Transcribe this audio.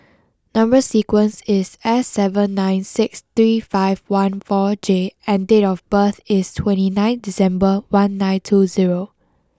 number sequence is S seven nine six three five one four J and date of birth is twenty nine December one nine two zero